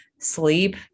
sleep